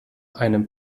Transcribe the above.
einem